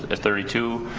ah thirty two,